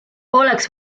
oleks